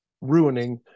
ruining